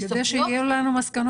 אז כדי שיהיה לנו מסקנות,